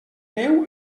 neu